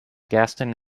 gaston